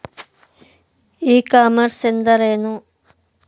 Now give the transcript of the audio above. E commerce ಎಂದರೇನು?